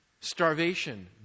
Starvation